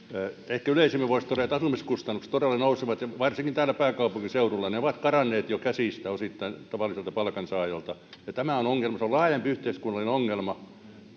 ehkä yleisemmin voisi todeta että asumiskustannukset todella nousevat ja varsinkin täällä pääkaupunkiseudulla ne ovat karanneet jo käsistä osittain tavalliselta palkansaajalta ja tämä on ongelma se on laajempi yhteiskunnallinen ongelma